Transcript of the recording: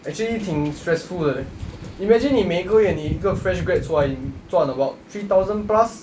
actually 挺 stressful 的 leh imagine 你每一个月你一个 fresh grad 出来你赚 about three thousand plus